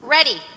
Ready